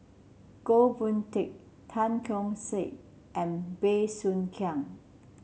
Goh Boon Teck Tan Keong Saik and Bey Soo Khiang